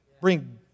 bring